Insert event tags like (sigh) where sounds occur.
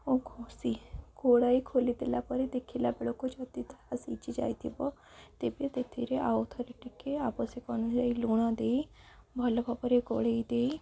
(unintelligible) ଘୋଡ଼ାଇ ଖୋଲିଦେଲା ପରେ ଦେଖିଲା ବେଳକୁ ଯଦି ତାହା ସିଝି ଯାଇଥିବ ତେବେ ସେଥିରେ ଆଉ ଥରେ ଟିକିଏ ଆବଶ୍ୟକ ଅନୁଯାୟୀ ଲୁଣ ଦେଇ ଭଲ ଭାବରେ ଗୋଳେଇ ଦେଇ